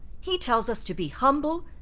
he tells us to be humble,